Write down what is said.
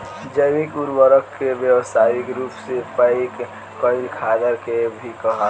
जैविक उर्वरक के व्यावसायिक रूप से पैक कईल खादर के भी कहाला